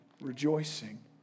rejoicing